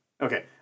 Okay